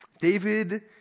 David